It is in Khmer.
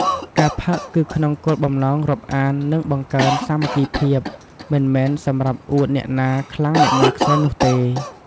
ការផឹកគឺក្នុងគោលបំណង រាប់អាន និងបង្កើនសាមគ្គីភាព មិនមែនសម្រាប់អួតអ្នកណាខ្លាំងអ្នកណាខ្សោយនោះទេ។